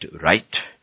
right